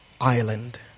island